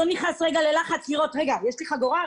הוא לא נכנס רגע ללחץ לראות אם יש לו חגורה,